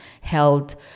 held